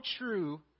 true